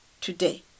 today